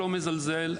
לא מזלזל,